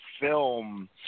film